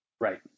Right